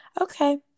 okay